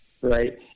Right